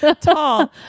tall